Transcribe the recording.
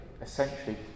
essentially